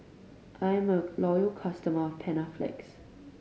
I'm a loyal customer of Panaflex